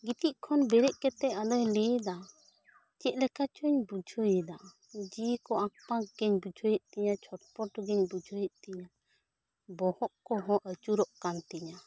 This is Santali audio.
ᱜᱤᱛᱤᱡ ᱠᱷᱚᱱ ᱵᱮᱨᱮᱫᱽ ᱠᱟᱛᱮ ᱟᱞᱮ ᱞᱟᱹᱭ ᱮᱫᱟ ᱪᱮᱫ ᱞᱮᱠᱟ ᱪᱚᱣ ᱤᱧ ᱵᱩᱡᱷᱟᱹᱣ ᱮᱫᱟ ᱡᱤᱣᱤ ᱠᱚ ᱟᱠ ᱵᱟᱠ ᱜᱮᱧ ᱵᱩᱡᱷᱟᱹᱣᱮᱫ ᱛᱟᱭᱟ ᱪᱷᱟᱯᱟᱴ ᱜᱮ ᱤᱧ ᱵᱩᱡᱷᱟᱹᱣ ᱮᱫ ᱛᱟᱭᱟ ᱵᱚᱦᱚᱜ ᱠᱚᱦᱚᱸ ᱟᱹᱪᱩᱨᱚᱜ ᱠᱟᱱ ᱛᱤᱧᱟ